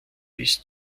bis